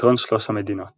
פתרון שלוש המדינות